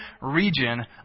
region